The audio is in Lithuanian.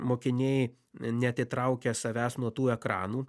mokiniai neatitraukia savęs nuo tų ekranų